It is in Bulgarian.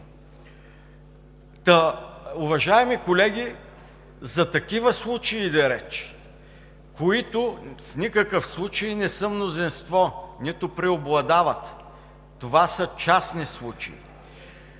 това са частни случаи.